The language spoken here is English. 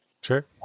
Sure